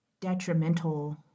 detrimental